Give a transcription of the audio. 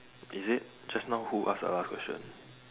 is it just now who ask the last question